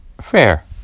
Fair